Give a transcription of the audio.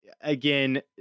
again